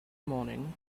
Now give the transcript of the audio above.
morning